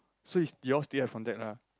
so is you all still have contact lah